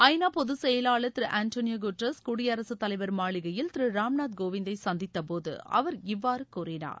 ஐ நா பொதுச்செயலாளர் திரு ஆன்டனியோ குட்ரஸ் குடியரசுத் தலைவர் மாளிகையில் திரு ராம் நாத் கோவிந்தை சந்தித்தப்போது அவர் இவ்வாறு கூறினார்